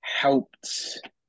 helped